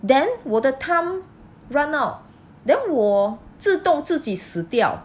then 我的 time run out then 我自动自己死掉